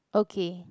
okay